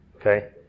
Okay